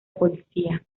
policía